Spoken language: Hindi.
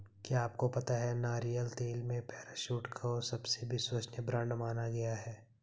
क्या आपको पता है नारियल तेल में पैराशूट को सबसे विश्वसनीय ब्रांड माना गया है?